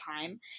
time